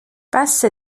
بسه